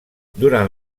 durant